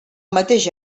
mateix